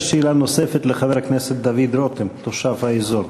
יש שאלה נוספת לחבר הכנסת דוד רותם, תושב האזור.